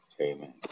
Amen